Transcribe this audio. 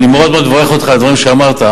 אני מאוד מברך אותך על הדברים שאמרת,